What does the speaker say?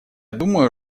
думаю